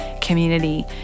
community